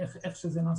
ואיך זה נעשה.